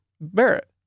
Barrett